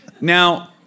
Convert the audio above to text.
Now